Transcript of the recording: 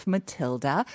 Matilda